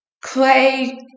Clay